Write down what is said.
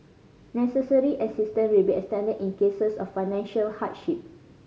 necessary assistance will be extended in cases of financial hardship